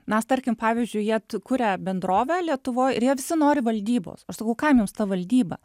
nes tarkim pavyzdžiui jie kuria bendrovę lietuvoj ir jie visi nori valdybos aš sakau kam jums ta valdyba